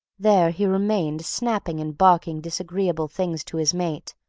there he remained snapping and barking disagreeable things to his mate,